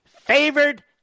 favored